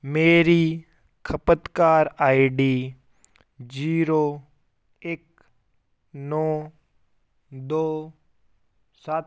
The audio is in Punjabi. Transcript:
ਮੇਰੀ ਖਪਤਕਾਰ ਆਈਡੀ ਜੀਰੋ ਇੱਕ ਨੌਂ ਦੋ ਸੱਤ